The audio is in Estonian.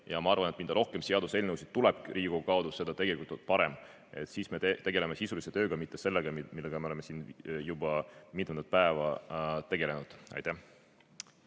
ja ma arvan, et mida rohkem seaduseelnõusid tuleb Riigikogu kaudu, seda parem. Siis me tegeleme sisulise tööga, mitte sellega, millega me siin juba mitmendat päeva tegeleme. Merry